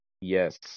Yes